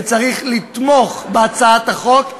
וצריך לתמוך בהצעת החוק,